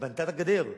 ובנתה את הגדר,